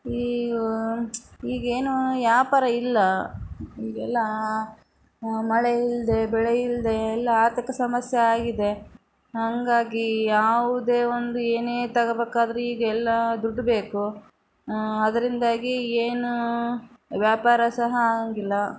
ಈಗ ಈಗ ಏನೂ ವ್ಯಾಪಾರ ಇಲ್ಲ ಈಗೆಲ್ಲ ಮಳೆಯಿಲ್ಲದೆ ಬೆಳೆಯಿಲ್ಲದೆ ಎಲ್ಲ ಆರ್ಥಿಕ ಸಮಸ್ಯೆ ಆಗಿದೆ ಹಾಗಾಗಿ ಯಾವುದೇ ಒಂದು ಏನೇ ತಗೋಬೇಕಾದ್ರೂ ಈಗ ಎಲ್ಲ ದುಡ್ಡು ಬೇಕು ಅದರಿಂದಾಗಿ ಏನೂ ವ್ಯಾಪಾರ ಸಹ ಆಗಿಲ್ಲ